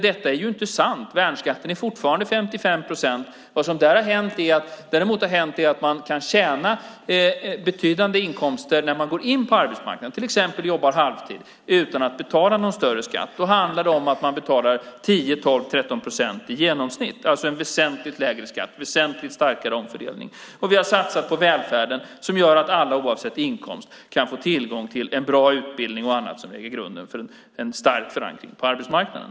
Det är inte sant. Värnskatten är fortfarande 55 procent. Vad som däremot har hänt är att man kan tjäna betydande inkomster när man går in på arbetsmarknaden, till exempel jobba halvtid, utan att betala någon större skatt. Då handlar det om att betala 10, 12 eller 13 procent i genomsnitt - alltså en väsentligt lägre skatt, en väsentligt starkare omfördelning. Vi har satsat på välfärden, som gör att alla oavsett inkomst kan få tillgång till en bra utbildning och annat som lägger grunden för en stark förankring på arbetsmarknaden.